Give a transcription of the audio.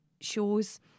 shows